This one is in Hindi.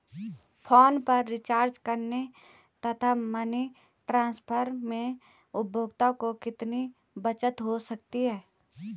फोन पर रिचार्ज करने तथा मनी ट्रांसफर में उपभोक्ता को कितनी बचत हो सकती है?